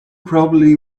probably